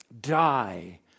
Die